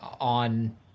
on